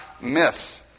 miss